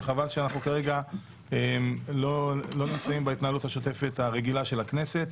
וחבל שאנחנו כרגע לא נמצאים בהתנהלות השוטפת הרגילה של הכנסת.